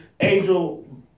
angel